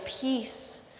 peace